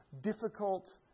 difficult